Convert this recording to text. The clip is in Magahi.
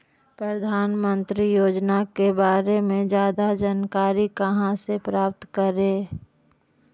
प्रधानमंत्री योजना के बारे में जादा जानकारी कहा से प्राप्त करे?